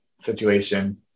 situation